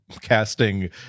casting